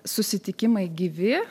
susitikimai gyvi